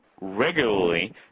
regularly